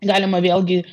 galima vėlgi